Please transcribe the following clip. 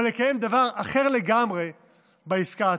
אבל לקיים דבר אחר לגמרי בעסקה עצמה.